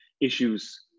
issues